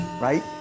right